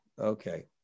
okay